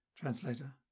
Translator